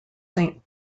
saint